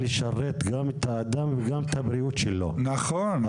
לשרת גם את האדם וגם את הבריאות שלו --- נכון.